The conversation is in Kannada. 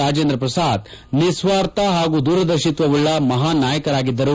ರಾಜೇಂದ್ರ ಪ್ರಸಾದ್ ನಿಸ್ವಾರ್ಥ ಹಾಗೂ ದೂರದರ್ಶಿತ್ವವುಳ್ಳ ಮಹಾನ್ ನಾಯಕರಾಗಿದ್ದರು